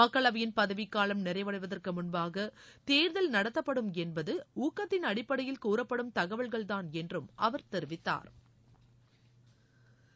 மக்களவையின் பதவிக்காலம் நிறைவடைவதற்கு முன்பாக தேர்தல் நடத்தப்படும் என்பது ஊகத்தின் அடிப்படையில் கூறப்படும் தகவல்கள் தான் என்றும் அவர் தெரிவித்தாா்